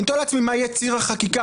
אני מתאר לעצמי מה יהיה ציר החקיקה,